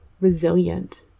resilient